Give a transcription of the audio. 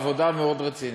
עבודה מאוד רצינית.